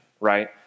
right